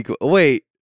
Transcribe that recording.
wait